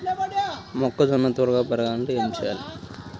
మొక్కజోన్న త్వరగా పెరగాలంటే ఏమి చెయ్యాలి?